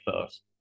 first